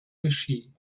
regie